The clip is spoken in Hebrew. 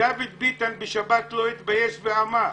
דוד ביטן בשבת לא התבייש ואמר: